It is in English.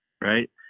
right